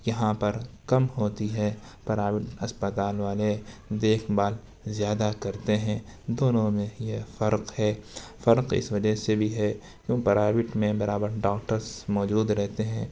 یہاں پر کم ہوتی ہے پرائیوٹ اسپتال والے دیکھ بھال زیادہ کرتے ہیں دونوں میں یہ فرق ہے فرق اس وجہ سے بھی ہے کیوں کہ پرائیوٹ میں ڈاکٹرس ہمیشہ موجود ہوتے ہیں